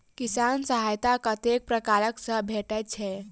किसान सहायता कतेक पारकर सऽ भेटय छै?